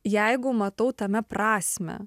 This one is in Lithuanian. jeigu matau tame prasmę